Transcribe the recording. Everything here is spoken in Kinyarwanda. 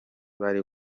bari